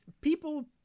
people